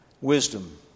wisdom